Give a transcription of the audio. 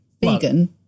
Vegan